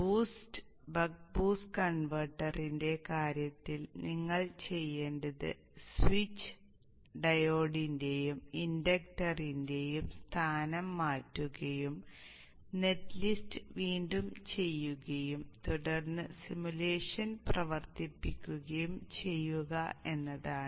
boost buck boost കൺവെർട്ടറിന്റെ കാര്യത്തിൽ നിങ്ങൾ ചെയ്യേണ്ടത് സ്വിച്ച് ഡയോഡിന്റെയും ഇൻഡക്ടറിന്റെയും സ്ഥാനം മാറ്റുകയും നെറ്റ് ലിസ്റ്റ് വീണ്ടും ചെയ്യുകയും തുടർന്ന് സിമുലേഷൻ പ്രവർത്തിപ്പിക്കുകയും ചെയ്യുക എന്നതാണ്